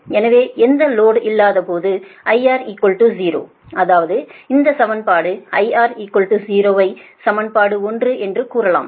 எனவே எந்த லோடும் இல்லாதபோது IR 0 அதாவது இந்த சமன்பாடு IR 0 ஐ சமன்பாடு 1 என்று கூறலாம்